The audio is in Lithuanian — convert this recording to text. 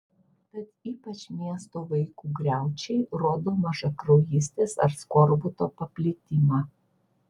tad ypač miesto vaikų griaučiai rodo mažakraujystės ar skorbuto paplitimą